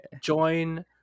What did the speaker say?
Join